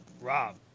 Rob